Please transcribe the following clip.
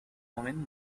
women